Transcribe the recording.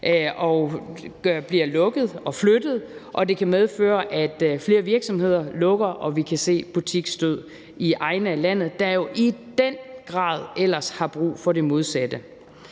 bliver lukket og flyttet, og det kan medføre, at flere virksomheder lukker og vi kan se butiksdød i egne af landet, der jo i den grad ellers har brug for det modsatte.